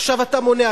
עכשיו, אתה מונע.